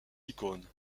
icône